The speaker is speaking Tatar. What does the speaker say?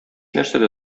нәрсәдә